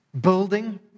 building